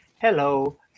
Hello